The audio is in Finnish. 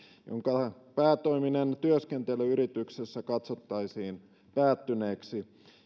jonka päätoiminen työskentely yrityksessä katsottaisiin päättyneeksi